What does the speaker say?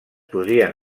podrien